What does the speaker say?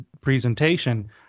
presentation